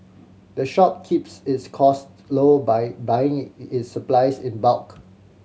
the shop keeps its cost low by buying its supplies in bulk